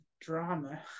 drama